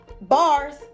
Bars